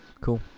cool